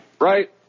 Right